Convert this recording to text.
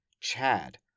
Chad